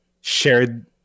shared